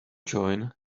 join